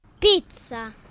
Pizza